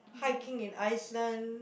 hiking in Iceland